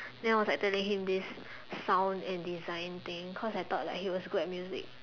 then I was like telling him this sound and design thing cause I thought like he was good at music